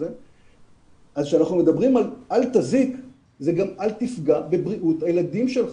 זה גם אל תפגע בבריאות הילדים שלך,